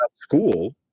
school